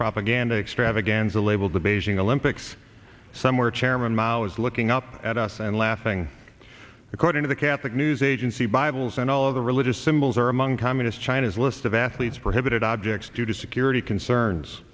propaganda extravaganza labeled the beijing olympics somewhere chairman mao is looking up at us and laughing according to the catholic news agency bibles and all of the religious symbols are among communist china's list of athletes for hit objects due to security concerns